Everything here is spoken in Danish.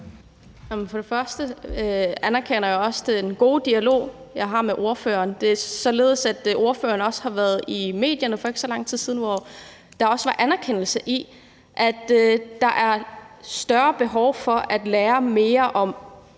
(SIU): Jeg anerkender også den gode dialog, jeg har med spørgeren. Det er således, at hr. Anders Kronborg også har været i medierne for ikke så lang tid siden, hvor der også var en anerkendelse af, at der er større behov for at lære mere om Grønland